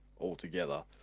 altogether